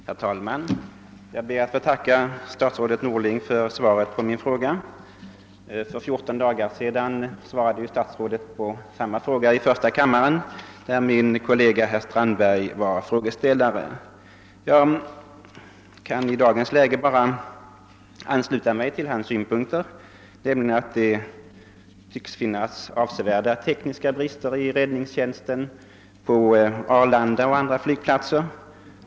Herr talman! Jag ber att få tacka statsrådet Norling för svaret på min fråga. För fjorton dagar sedan svarade statsrådet på samma fråga i första kammaren, där min kollega herr Strandberg var frågeställare. I dagens läge kan jag bara ansluta mig till herr Strandbergs synpunkter, nämligen att det tycks finnas avsevärda tekniska brister i räddningstjänsten på Arlanda och andra flygplatser.